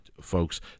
folks